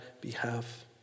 behalf